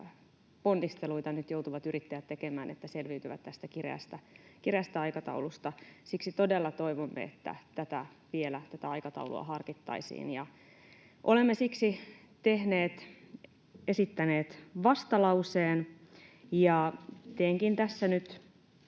ponnisteluita nyt joutuvat yrittäjät tekemään, että selviytyvät tästä kireästä aikataulusta. Siksi todella toivomme, että tätä aikataulua vielä harkittaisiin. Olemme siksi tehneet, esittäneet vastalauseen. Ja teenkin tässä nyt